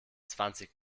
zwanzig